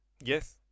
Yes